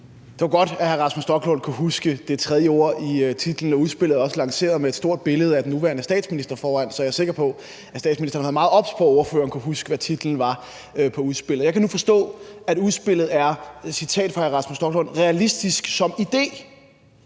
Det var godt, at hr. Rasmus Stoklund kunne huske det tredje ord i titlen. Og udspillet er også lanceret med et stort billede af den nuværende statsminister foran. Så jeg er sikker på, at statsministeren havde været meget obs på, om ordføreren kunne huske, hvad titlen på udspillet var. Og jeg kan nu forstå, at udspillet med et citat fra hr. Rasmus Stoklund er: realistisk som idé.